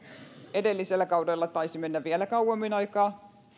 edellisellä kaudella taisi mennä vielä kauemmin aikaa